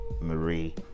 Marie